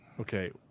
Okay